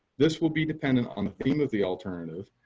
this will be dependent on the theme of the alternative,